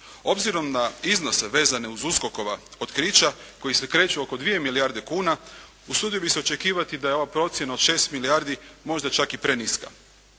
Obzirom na iznose vezane uz USKOK-ova otkrića koji se kreću oko 2 milijarde kuna, usudio bih se očekivati da je ova procjena od 6 milijardi možda čak i preniska.